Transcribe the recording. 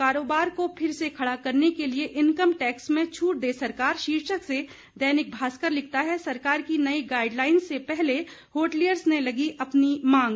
कारोबार को फिर से खड़ा करने के लिए इनकम टैक्स में छूट दे सरकार शीर्षक से दैनिक भास्कर लिखता है सरकार की नई गाइडलाइंस से पहले होटलियर्स ने रखी अपनी मांग